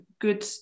good